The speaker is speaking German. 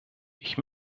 ich